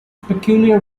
peculiar